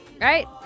Right